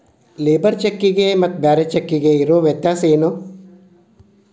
Labour ಚೆಕ್ಕಿಗೆ ಮತ್ತ್ ಬ್ಯಾರೆ ಚೆಕ್ಕಿಗೆ ಇರೊ ವ್ಯತ್ಯಾಸೇನು?